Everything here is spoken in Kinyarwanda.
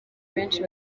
benshi